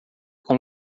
com